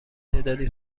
تعدادی